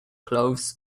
clothes